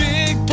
Big